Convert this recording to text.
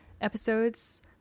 Episodes